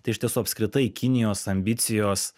tai iš tiesų apskritai kinijos ambicijos